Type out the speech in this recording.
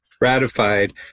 ratified